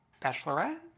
bachelorette